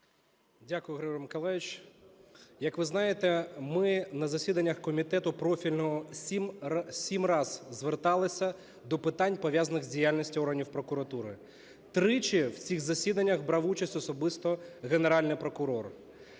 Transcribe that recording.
Дякую, Григорій Миколайович. Як ви знаєте ми на засіданнях комітету профільного сім разів звертались до питань, пов'язаних з діяльністю органів прокуратури. Тричі в цих засіданнях брав участь особисто Генеральний прокурор.